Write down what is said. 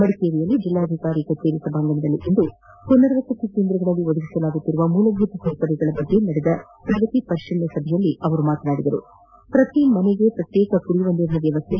ಮಡಿಕೇರಿಯಲ್ಲಿನ ಜಿಲ್ಲಾಧಿಕಾರಿ ಕಜೇರಿ ಸಭಾಂಗಣದಲ್ಲಿಂದು ಪುನರ್ವಸತಿ ಕೇಂದ್ರಗಳಲ್ಲಿ ಒದಗಿಸಲಾಗುತ್ತಿರುವ ಮೂಲಭೂತ ಸೌಕರ್ಯಗಳ ಬಗ್ಗೆ ನಡೆದ ಪ್ರಗತಿ ಪರಿಶೀಲನಾ ಸಭೆಯಲ್ಲಿ ಮಾತನಾಡಿದ ಅವರು ಪ್ರತಿ ಮನೆಗೆ ಪ್ರತ್ಯೇಕ ಕುಡಿಯುವ ನೀರಿನ ವ್ಯವಸ್ಥೆ